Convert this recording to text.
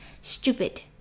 stupid